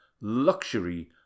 Luxury